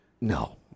No